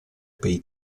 pei